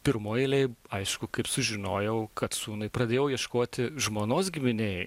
pirmoj eilėj aišku kaip sužinojau kad sūnui pradėjau ieškoti žmonos giminėj